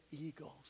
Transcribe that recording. eagles